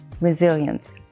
Resilience